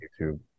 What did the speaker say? YouTube